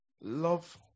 Love